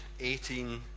18